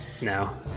No